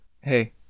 Hey